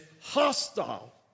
hostile